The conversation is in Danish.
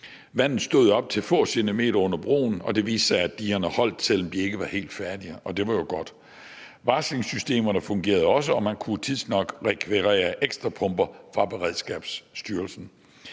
Vandet stod op til få centimeter under broen, og det viste sig, at digerne holdt, selv om de ikke var helt færdige, og det var jo godt. Varslingssystemerne fungerede også, og man kunne tidsnok rekvirere ekstra pumper fra Beredskabsstyrelsen.